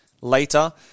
later